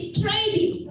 trading